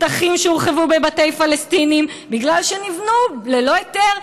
פתחים שהורחבו בבתי הפלסטינים בגלל שנבנו ללא היתר,